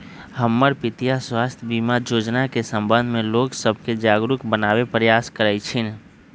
हमर पितीया स्वास्थ्य बीमा जोजना के संबंध में लोग सभके जागरूक बनाबे प्रयास करइ छिन्ह